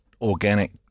organic